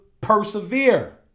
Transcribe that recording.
persevere